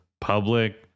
public